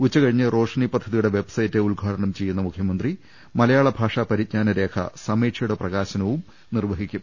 ഉച്ചക ഴിഞ്ഞ് റോഷ്നി പദ്ധതിയുടെ വെബ്സൈറ്റ് ഉദ്ഘാടനം ചെയ്യുന്ന മുഖ്യ മന്ത്രി മലയാളഭാഷ പരിജ്ഞാനരേഖ സമീക്ഷയുടെ പ്രകാശനവും നിർവ ഹിക്കും